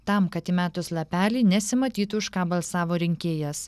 tam kad įmetus lapelį nesimatytų už ką balsavo rinkėjas